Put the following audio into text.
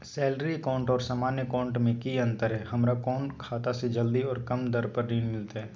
Salary account और सामान्य account मे की अंतर है हमरा कौन खाता से जल्दी और कम दर पर ऋण मिलतय?